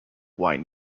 wine